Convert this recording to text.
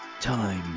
time